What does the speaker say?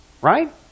right